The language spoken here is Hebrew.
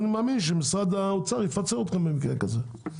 אני מאמין שמשרד האוצר יפצה אתכם במקרה כזה.